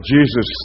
Jesus